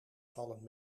vallen